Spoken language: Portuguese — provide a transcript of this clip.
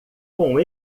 com